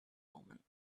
moment